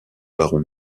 baron